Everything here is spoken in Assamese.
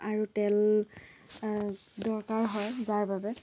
আৰু তেল দৰকাৰ হয় যাৰ বাবে